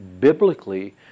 biblically